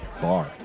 Bar